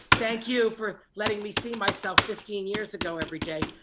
thank you for letting me see myself fifteen years ago, every day,